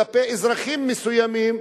כלפי אזרחים מסוימים,